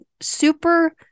super